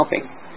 helping